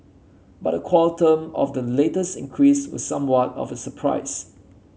but the quantum of the latest increase was somewhat of surprise